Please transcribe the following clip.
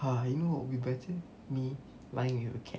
ah I know what would be better me lying with a cat